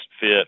fit